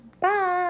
Bye